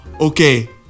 Okay